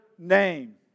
name